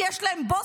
כי יש להם בוס,